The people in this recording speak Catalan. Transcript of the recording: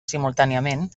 simultàniament